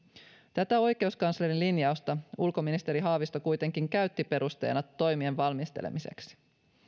tätä oikeuskanslerin linjausta ulkoministeri haavisto kuitenkin käytti perusteena toimien valmistelemiseksi